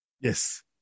Yes